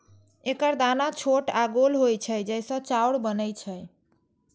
एकर दाना छोट आ गोल होइ छै, जइसे चाउर बनै छै